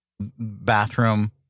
bathroom